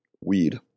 weed